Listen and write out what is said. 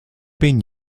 been